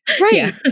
Right